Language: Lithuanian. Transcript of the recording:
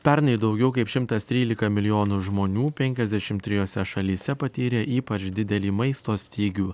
pernai daugiau kaip šimtas trylika milijonų žmonių penkiasdešim trijose šalyse patyrė ypač didelį maisto stygių